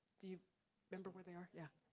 do you remember where they are, yeah?